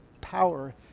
power